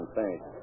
Thanks